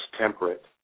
temperate